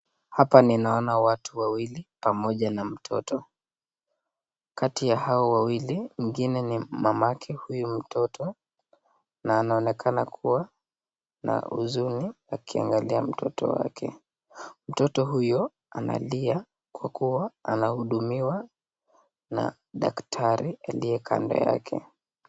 Hapa ninaona watu wawili pamoja na mtoto kati ya hawa wawili mwingine ni mamake huyu mtoto na anaonekana kuwa na huzuni akiangalia mtoto wake, mtoto huyo analia kwa kua anahudumiwa na dakitari aliye kando yake.